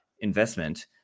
investment